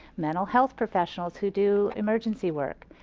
mental health professionals who do emergency work.